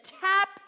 tap